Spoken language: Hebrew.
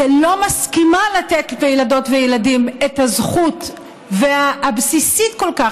היא לא מסכימה לתת לילדות ולילדים את הזכות הבסיסית כל כך,